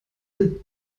den